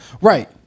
right